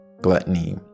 gluttony